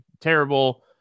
terrible